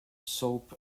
soap